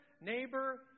neighbor